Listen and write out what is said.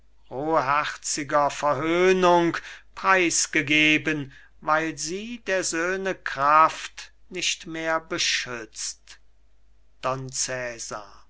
verhöhnung preisgegeben weil sie der söhne kraft nicht mehr beschützt